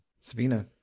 Sabina